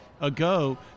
ago